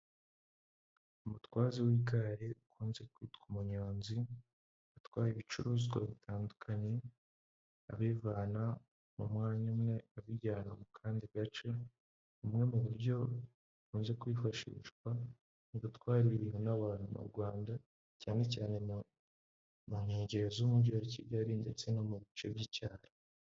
Umutwazi w'igare ukunze kwitwa umunyonzi atwaye ibicuruzwa bitandukanye, abivana mu mwanya umwe abijyana mu kandi gace, bumwe mu buryo amaze kwifashishwa mu ubwo twara ibirintu n'abantu mu Rwanda cyane cyane mu mu nkengero z'umujyi wa Kigali ndetse no mu bice by'icyaro.